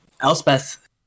Elspeth